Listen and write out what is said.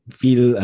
feel